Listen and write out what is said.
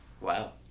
Wow